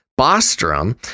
Bostrom